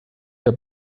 der